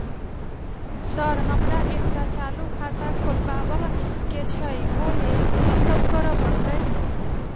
Sir हमरा एकटा चालू खाता खोलबाबह केँ छै ओई लेल की सब करऽ परतै?